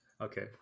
Okay